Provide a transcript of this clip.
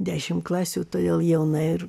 dešim klasių todėl jauna ir